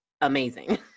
amazing